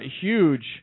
huge